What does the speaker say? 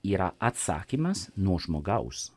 yra atsakymas nuo žmogaus